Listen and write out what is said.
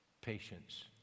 patience